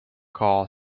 karl